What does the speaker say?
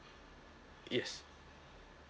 yes